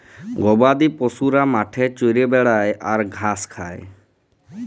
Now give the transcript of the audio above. গবাদি পশুরা মাঠে চরে বেড়ায় আর ঘাঁস খায়